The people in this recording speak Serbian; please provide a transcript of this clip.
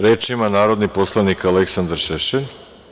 Reč ima narodni poslanik Aleksandar Šešelj.